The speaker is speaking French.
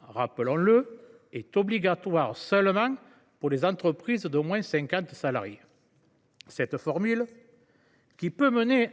rappelons le, est obligatoire uniquement pour les entreprises d’au moins 50 salariés. Une telle formule, qui peut aboutir